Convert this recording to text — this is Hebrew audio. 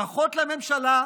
ברכות לממשלה,